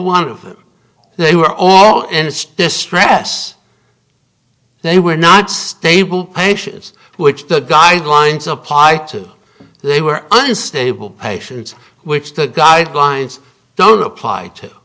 one of them they were all and still stress they were not stable patients which the guidelines applied to they were unstable patients which the guidelines don't apply to